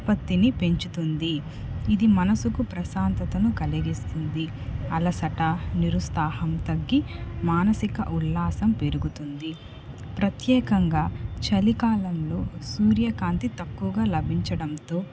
ఉత్పత్తిని పెంచుతుంది ఇది మనసుకు ప్రశాంతతను కలిగిస్తుంది అలసట నిరుత్సాహం తగ్గి మానసిక ఉల్లాసం పెరుగుతుంది ప్రత్యేకంగా చలికాలంలో సూర్యకాంతి తక్కువగా లభించడంతో